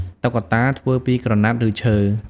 តុក្កតា ធ្វើពីក្រណាត់ ឬឈើ។